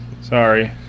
Sorry